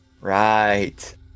right